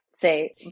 say